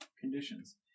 conditions